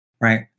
right